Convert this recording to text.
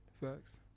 Facts